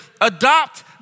adopt